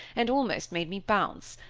and almost made me bounce.